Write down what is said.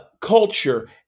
culture